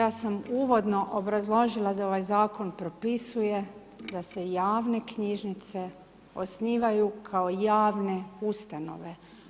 Ja sam uvodno obrazložila da ovaj Zakon propisuje da se javne knjižnice osnivaju kao javne ustanove.